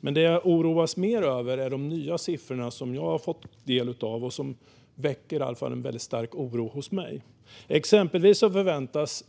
Men det som jag oroas mer över är de nya siffror som jag har fått ta del av och som väcker en väldigt stark oro i alla fall hos mig. År 2021 förväntas exempelvis